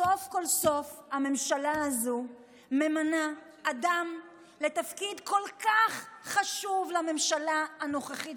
סוף כל סוף הממשלה הזו ממנה אדם לתפקיד כל כך חשוב לממשלה הנוכחית,